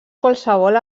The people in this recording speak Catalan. qualssevol